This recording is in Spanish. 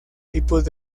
tipos